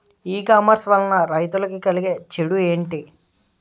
ఈ కామర్స్ వలన రైతులకి కలిగే చెడు ఎంటి?